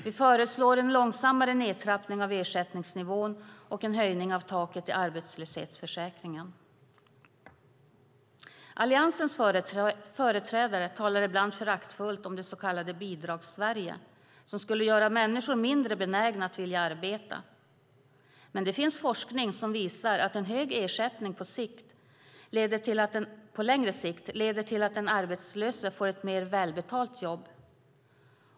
Vi föreslår en långsammare nedtrappning av ersättningsnivån och en höjning av taket i arbetslöshetsförsäkringen. Alliansens företrädare talar ibland föraktfullt om det så kallade Bidragssverige, som skulle göra människor mindre benägna att arbeta. Men det finns forskning som visar att en hög ersättning på längre sikt leder till att den arbetslöse får ett mer välbetalt jobb.